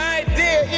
idea